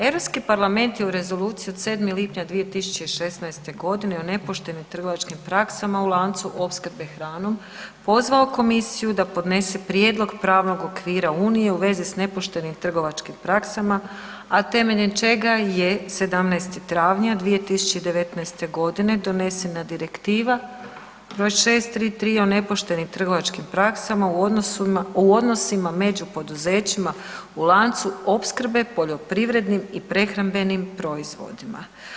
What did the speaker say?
Europski parlament je u rezoluciji od 7. lipnja 2016. g. o nepoštenim trgovačkim praksama u lancu opskrbe hranom pozvao komisiju da podnese prijedlog pravnog okvira Unije u vezi s nepoštenim trgovačkim praksama a temeljem čega je 17. travnja 2019. g. donesena Direktiva br. 633 o nepoštenim trgovačkim praksama u odnosima među poduzećima u lancu opskrbe poljoprivrednim i prehrambenim proizvodima.